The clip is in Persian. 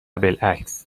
بالعکس